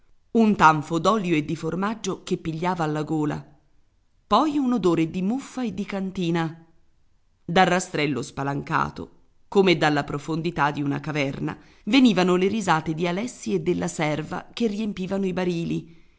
un tanfo d'olio e di formaggio che pigliava alla gola poi un odore di muffa e di cantina dal rastrello spalancato come dalla profondità di una caverna venivano le risate di alessi e della serva che riempivano i barili